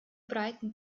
breiten